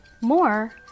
More